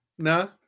No